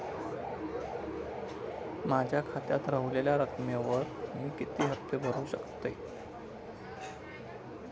माझ्या खात्यात रव्हलेल्या रकमेवर मी किती हफ्ते भरू शकतय?